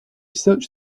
search